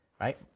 right